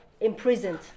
imprisoned